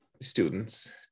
students